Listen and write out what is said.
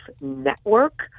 network